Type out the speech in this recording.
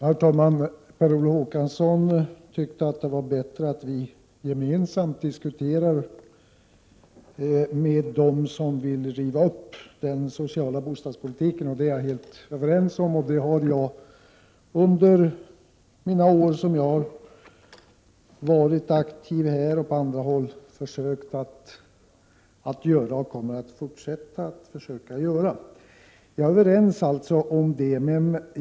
Herr talman! Per Olof Håkansson tycker att det är bättre att vi gemensamt diskuterar med dem som vill riva upp den sociala bostadspolitiken. Jag är helt överens med honom om detta. Under de år då jag har varit aktiv här i riksdagen och på andra håll har jag försökt att följa den linjen, och jag kommer också att fortsätta på det sättet.